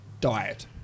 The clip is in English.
diet